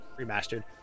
remastered